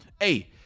hey